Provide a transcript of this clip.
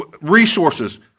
resources